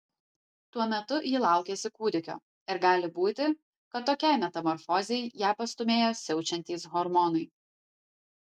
tuo metu ji laukėsi kūdikio ir gali būti kad tokiai metamorfozei ją pastūmėjo siaučiantys hormonai